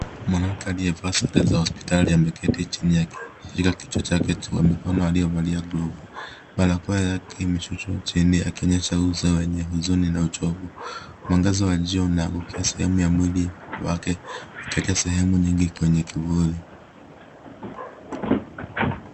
Mwanamke alie valia mavazi za hosipitali ameketi chini akishika kichwa chake kwa mikono alio valia glovu. Barakoa yake imeshushwa chini akionyesha uso wenye huzuni na uchovu. Mwangaza wa jua ume anguka sehemu ya mwili wake ukaeka sehemu nyingi kwenye kivuli.